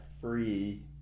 free